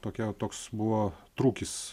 tokia toks buvo trūkis